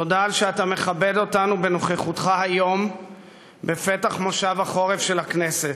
תודה על שאתה מכבד אותנו בנוכחותך היום בפתח מושב החורף של הכנסת.